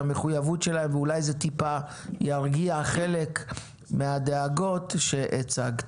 המחויבות שלהם ואולי זה טיפה ירגיע חלק מהדאגות שהצגתְּ.